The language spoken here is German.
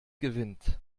gewinnt